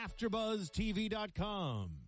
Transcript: AfterBuzzTV.com